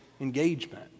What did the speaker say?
engagement